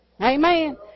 Amen